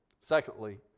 Secondly